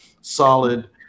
solid